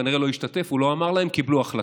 הוא כנראה לא השתתף, הוא לא אמר להם, קיבלו החלטה.